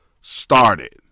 started